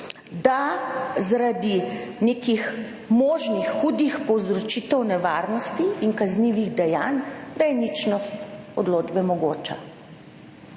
je zaradi nekih možnih hudih povzročitev nevarnosti in kaznivih dejanj ničnost odločbe mogoča.